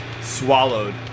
Swallowed